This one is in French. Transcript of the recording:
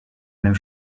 même